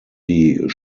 die